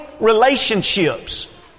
relationships